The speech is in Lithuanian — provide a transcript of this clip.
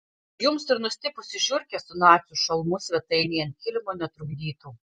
jums ir nustipusi žiurkė su nacių šalmu svetainėje ant kilimo netrukdytų